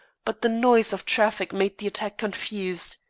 but the noise of traffic made the attack confused.